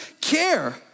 care